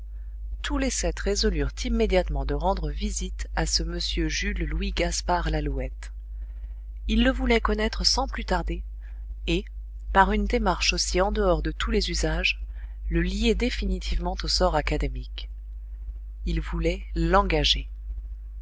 tous les sept résolurent immédiatement de rendre visite à ce m jules louis gaspard lalouette ils le voulaient connaître sans plus tarder et par une démarche aussi en dehors de tous les usages le lier définitivement au sort académique ils voulaient